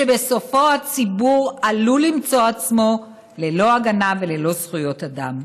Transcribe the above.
שבסופו הציבור עלול למצוא עצמו ללא הגנה וללא זכויות אדם.